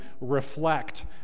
reflect